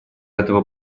этого